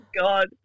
God